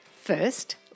First